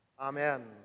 Amen